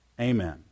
Amen